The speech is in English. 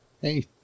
Hey